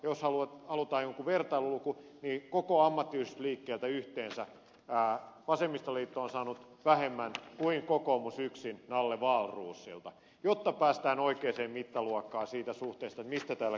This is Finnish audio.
jos halutaan jokin vertailuluku niin koko ammattiyhdistysliikkeeltä yhteensä vasemmistoliitto on saanut vähemmän kuin kokoomus yksin nalle wahlroosilta päästään oikeaan mittaluokkaan siitä suhteesta mistä täällä keskustellaan